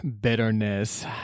bitterness